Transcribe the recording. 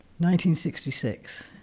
1966